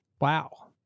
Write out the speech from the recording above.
wow